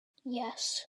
yes